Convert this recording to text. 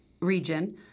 region